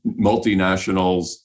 multinationals